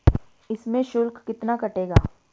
इसमें शुल्क कितना कटेगा?